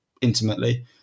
intimately